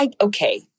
Okay